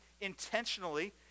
intentionally